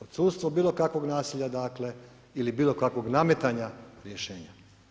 Odsustvo bilo kakvog nasilja, dakle, ili bilo kakvog nametanja rješenja.